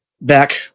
Back